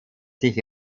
sich